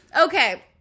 Okay